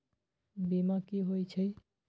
बीमा कि होई छई?